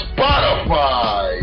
Spotify